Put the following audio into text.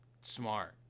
smart